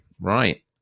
Right